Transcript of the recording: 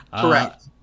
Correct